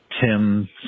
Tim